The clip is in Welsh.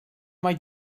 mai